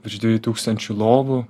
virš dviejų tūkstančių lovų